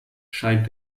scheint